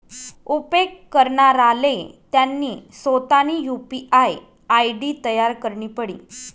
उपेग करणाराले त्यानी सोतानी यु.पी.आय आय.डी तयार करणी पडी